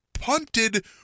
punted